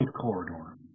corridor